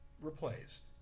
replaced